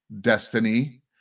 destiny